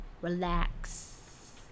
relax